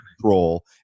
control